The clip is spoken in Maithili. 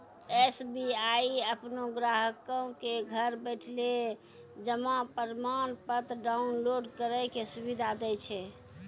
एस.बी.आई अपनो ग्राहको क घर बैठले जमा प्रमाणपत्र डाउनलोड करै के सुविधा दै छै